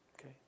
okay